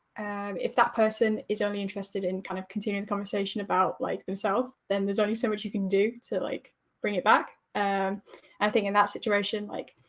if that person is only interested in kind of continuing the conversation about like themselves, then there's only so much you can do to like bring it back. and i think in that situation, like